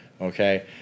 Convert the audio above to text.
okay